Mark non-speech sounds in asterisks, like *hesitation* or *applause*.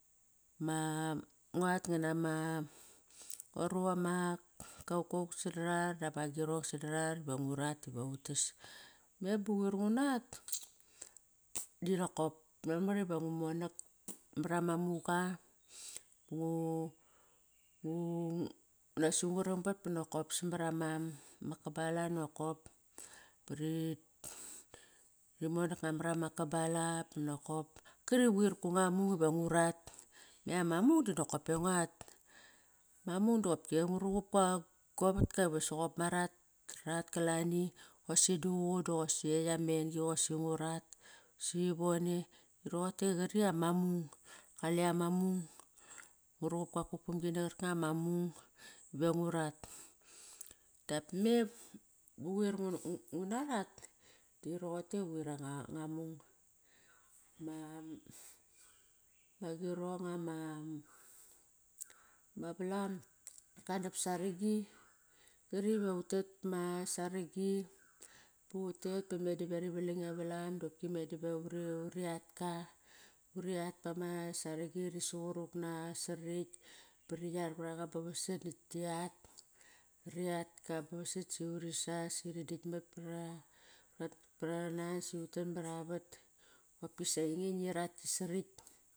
Ma nguat ngana ma, *hesitation* ngua ru ama kaukau sarar dap ma girong sarar va ngurat iva utas. Me ba quir ngunat, dinokop memar iva ngu monak mara ma muga. Ngu *hesitation* nokosi ngu rangbat ba nokop samara ma kabala nokop bari monak nga mara ma kabala nakop. Kari quir gunga mung iva ngurat. Me ama mung dinokop e nguat. Ma mung doqopki nguruqup gua vatka va soqop ma rat. Rat kalani, qosaqi duququ doqosi ekt ama en-gi qosi ngurat qosi vone roqotei qari ama mung. Kale ama mung. Nguruqup gua kukpam gi na qor kanga ma mung ive ngurat. Dap me quir nguna rat, di roqotei quir anga mung. Agirong ama valam, ka nap saragi, qari va utet vama saragi, dutet ba me da rivalang e valam doqopki me da vuriatka. Uri at pama saragi, uri suquruk naqa asarekt, uri yarvaraqa ba vasat nakt ti at. Riatka ba vasat si uri sas, uri dakt mat. *unintelligible* Qopkisa ainge ngi rat gi sarakt